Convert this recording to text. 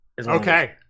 Okay